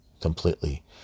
completely